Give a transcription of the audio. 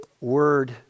word